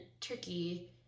Turkey